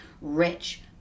rich